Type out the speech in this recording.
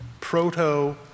proto